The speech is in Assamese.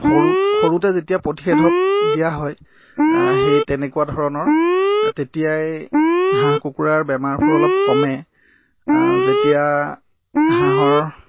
সৰু সৰুতে যেতিয়া প্ৰতিষেধক দিয়া হয় সেই তেনেকুৱা ধৰণৰ তেতিয়াই হাঁহ কুকুৰাৰ বেমাৰবোৰ অলপ কমে আ যেতিয়া হাঁহৰ